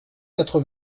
quatre